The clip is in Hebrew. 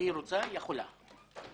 כשהיא רוצה, היא יכולה.